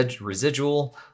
Residual